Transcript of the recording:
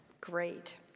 Great